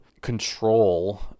control